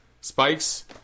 spikes